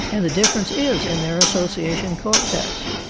and the difference is in their association cortex.